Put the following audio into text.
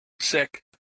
Sick